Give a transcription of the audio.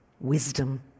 Wisdom